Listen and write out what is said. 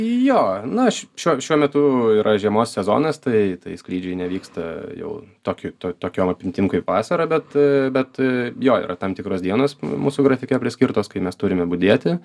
jo na š šiuo šiuo metu yra žiemos sezonas tai tai skrydžiai nevyksta jau tokiu to tokiom apimtim kaip vasarą bet bet jo yra tam tikros dienos mūsų grafike priskirtos kai mes turime budėti